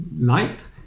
light